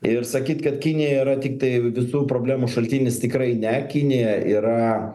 ir sakyt kad kinija yra tiktai visų problemų šaltinis tikrai ne kinija yra